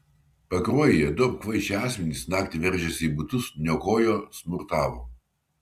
pakruojyje du apkvaišę asmenys naktį veržėsi į butus niokojo smurtavo